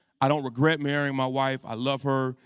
i don't regret marrying my wife, i love her.